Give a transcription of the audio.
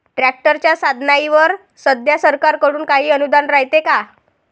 ट्रॅक्टरच्या साधनाईवर सध्या सरकार कडून काही अनुदान रायते का?